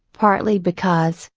partly because,